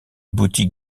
boutique